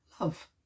love